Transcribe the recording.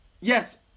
yes